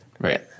Right